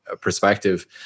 perspective